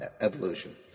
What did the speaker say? evolution